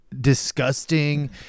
disgusting